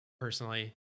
personally